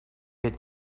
get